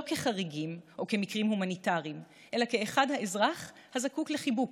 לא כחריגים או כמקרים הומניטריים אלא כאחד האזרח הזקוק לחיבוק.